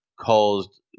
caused